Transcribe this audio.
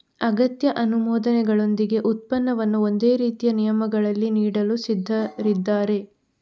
ಅಗತ್ಯ ಅನುಮೋದನೆಗಳೊಂದಿಗೆ ಉತ್ಪನ್ನವನ್ನು ಒಂದೇ ರೀತಿಯ ನಿಯಮಗಳಲ್ಲಿ ನೀಡಲು ಸಿದ್ಧರಿದ್ದಾರೆ